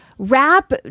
wrap